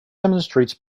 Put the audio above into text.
demonstrates